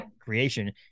creation